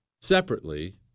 separately